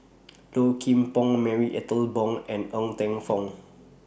Low Kim Pong Marie Ethel Bong and Ng Teng Fong